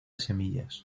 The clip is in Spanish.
semillas